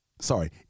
Sorry